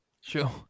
Sure